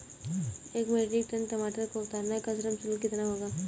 एक metric ton टमाटर को उतारने का श्रम शुल्क कितना होगा?